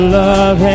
love